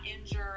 injured